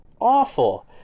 awful